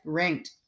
ranked